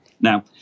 Now